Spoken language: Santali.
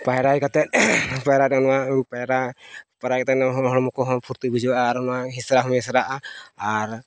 ᱯᱟᱭᱨᱟ ᱦᱮᱡ ᱠᱟᱛᱮᱫ ᱯᱟᱭᱨᱟ ᱨᱮ ᱱᱚᱣᱟ ᱯᱟᱭᱨᱟ ᱛᱟᱭᱱᱚᱢ ᱦᱚᱸ ᱦᱚᱲᱢᱚ ᱠᱚ ᱦᱚᱸ ᱯᱷᱩᱨᱛᱤ ᱵᱩᱡᱷᱟᱹᱜᱼᱟ ᱟᱨ ᱚᱱᱟ ᱦᱮᱸᱥᱟᱨᱟ ᱦᱚᱢ ᱦᱮᱸᱥᱨᱟᱜᱼᱟ ᱟᱨ